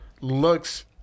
looks